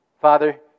Father